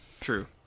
true